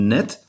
Net